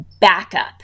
backup